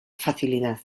facilidad